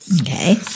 okay